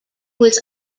was